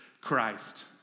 Christ